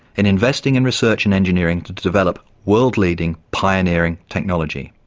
in investing in research and engineering to to develop world-leading, pioneering technology.